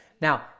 Now